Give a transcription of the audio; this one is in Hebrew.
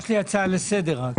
יש לי הצעה לסדר.